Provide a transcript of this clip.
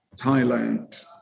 Thailand